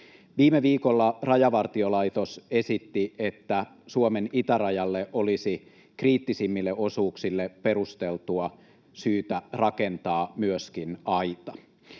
Viime viikolla Rajavartio-laitos esitti, että Suomen itärajalle olisi kriittisimmille osuuksille perusteltua syytä rakentaa myöskin aita.